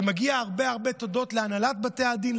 ומגיעות הרבה הרבה תודות להנהלת בתי הדין,